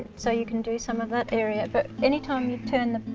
so you can do some of that area. but any time you turn,